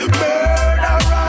murderer